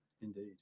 Indeed